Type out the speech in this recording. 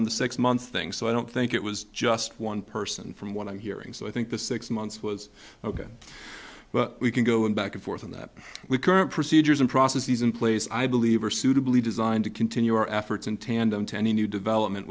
the six month thing so i don't think it was just one person from what i'm hearing so i think the six months was ok but we can go in back and forth and that we current procedures and processes in place i believe are suitably designed to continue our efforts in tandem to any new development